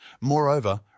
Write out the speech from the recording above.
Moreover